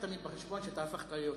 תמיד תביא בחשבון שאתה הפכת להיות שר,